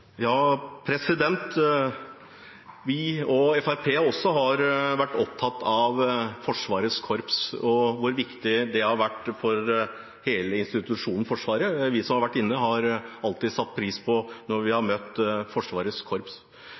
også vært opptatt av Forsvarets korps og hvor viktige de har vært for hele institusjonen Forsvaret. Vi som har vært inne, har alltid satt pris på å møte Forsvarets korps. Det har